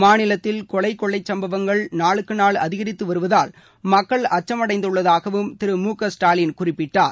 மாநிலத்தில் கொலை கொள்ளைச் சம்பவங்கள் நாளுக்கு நாள் அதிகருத்து வருவதால் மக்கள் அச்சமடைந்துள்ளதாகவும் திரு மு க ஸ்டாலின் குறிப்பிட்டார்